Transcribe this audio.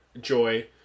Joy